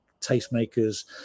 tastemakers